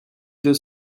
deux